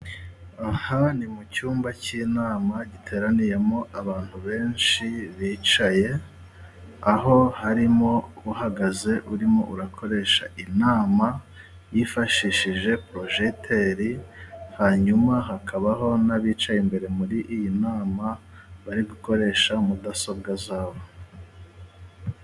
Aha ni mu cyumba cy'inama giteraniyemo abantu benshi bicaye, aho harimo uhagaze urimo urakoresha inama, yifashishije porojegiteri hanyuma hakabaho n'abicaye imbere ,muri iyi nama bari gukoresha mudasobwa zabo.